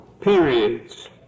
periods